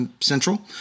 Central